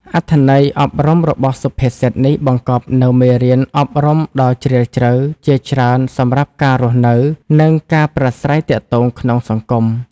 អត្ថន័យអប់រំរបស់សុភាសិតនេះបង្កប់នូវមេរៀនអប់រំដ៏ជ្រាលជ្រៅជាច្រើនសម្រាប់ការរស់នៅ និងការប្រាស្រ័យទាក់ទងក្នុងសង្គម